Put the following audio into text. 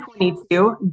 22